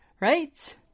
Right